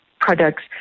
products